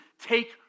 take